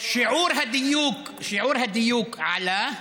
שיעור הדיוק עלה,